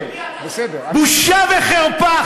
בושה וחרפה.